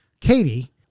katie